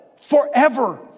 forever